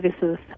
services